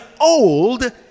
old